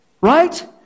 Right